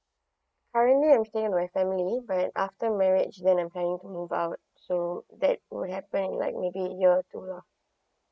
currently I'm staying with my family but after marriage then I'm planning to move out so that would happen in like maybe a year two lah